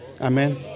Amen